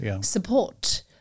support